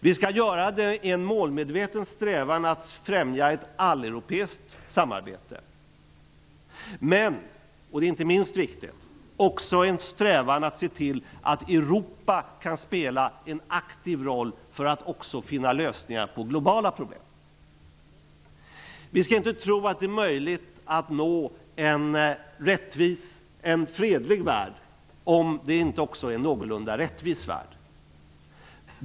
Vi skall göra det i en målmedveten strävan att främja ett alleuropeiskt samarbete men också, och det är inte minst viktigt, i en strävan att se till att Europa kan spela en aktiv roll när det gäller att finna lösningar på globala problem. Vi skall inte tro att det är möjligt att nå en fredlig värld om det inte också är fråga om en någorlunda rättvis värld.